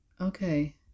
Okay